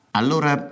allora